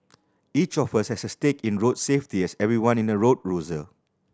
each of us has a stake in road safety as everyone in a road user